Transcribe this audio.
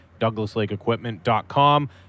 DouglasLakeEquipment.com